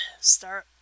start